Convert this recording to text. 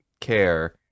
care